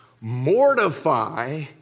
mortify